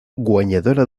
guanyadora